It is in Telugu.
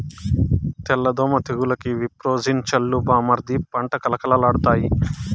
తెల్ల దోమ తెగులుకి విప్రోజిన్ చల్లు బామ్మర్ది పంట కళకళలాడతాయి